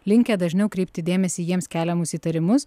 linkę dažniau kreipti dėmesį į jiems keliamus įtarimus